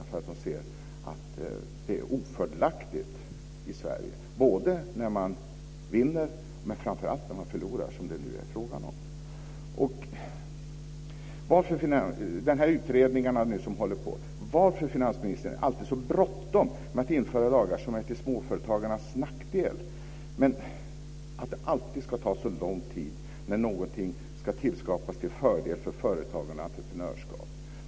De ser att det är ofördelaktigt i Sverige, både när man vinner och framför allt när man förlorar, som det här är fråga om. Varför, finansministern, är det alltid så bråttom med att införa lagar som är till småföretagarnas nackdel och alltid ska ta så lång tid när någonting ska tillskapas till fördel för företagarna och entreprenörskap?